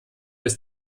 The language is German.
bis